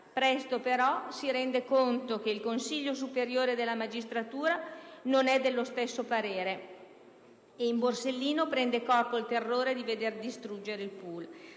Presto, però, si rende conto che il Consiglio superiore della magistratura non è dello stesso parere e in Borsellino prende corpo il terrore di veder distruggere il *pool*.